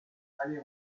aller